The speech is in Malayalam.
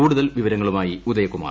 കൂടുതൽ വിവരങ്ങളുമായി ഉദയ കുമാർ